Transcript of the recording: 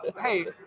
Hey